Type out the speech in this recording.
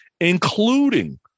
including